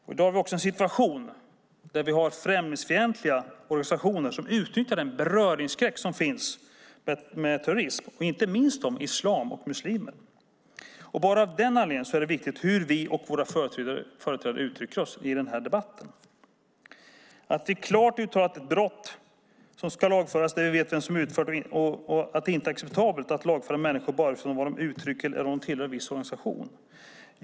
I dag finns en situation med främlingsfientliga organisationer som utnyttjar den beröringsskräck som finns för terrorism, inte minst mot islam och muslimer. Av den anledningen är det viktigt hur vi och våra företrädare uttrycker oss i debatten. Det ska vara ett klart uttalat brott som ska lagföras när vi vet vem som utfört brottet, och det är inte acceptabelt att lagföra människor på grund av vad de uttrycker eller om de tillhör en viss organisation.